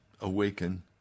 awaken